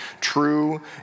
true